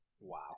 Wow